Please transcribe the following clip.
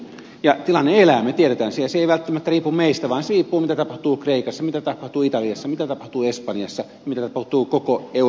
ja tilanne elää me tiedämme sen ja se ei välttämättä riipu meistä vaan se riippuu siitä mitä tapahtuu kreikassa mitä tapahtuu italiassa mitä tapahtuu espanjassa mitä tapahtuu koko euroalueella